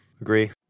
agree